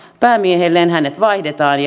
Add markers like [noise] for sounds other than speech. päämiehelleen hänet vaihdetaan [unintelligible]